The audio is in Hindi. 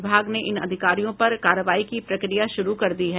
विभाग ने इन अधिकारियों पर कार्रवाई की प्रक्रिया शुरू कर दी है